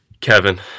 Kevin